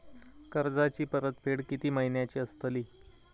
कर्जाची परतफेड कीती महिन्याची असतली?